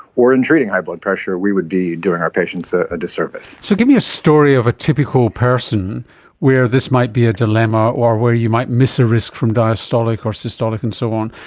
or in treating high blood pressure we would be doing our patients a a disservice. so give me a story of a typical person where this might be a dilemma or where you might miss a risk from diastolic or systolic and so on,